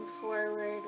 forward